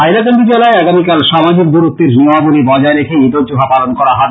হাইলাকান্দি জেলায় আগামীকাল সামাজিক দূরত্বের নিয়মাবলী বজায় রেখে ইদ উজ জোহা পালন করা হবে